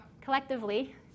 collectively